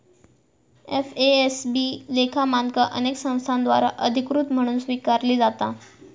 FASB लेखा मानका अनेक संस्थांद्वारा अधिकृत म्हणून स्वीकारली जाता